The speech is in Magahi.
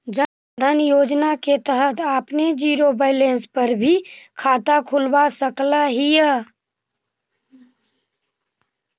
जन धन योजना के तहत आपने जीरो बैलेंस पर भी खाता खुलवा सकऽ हिअ